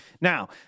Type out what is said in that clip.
Now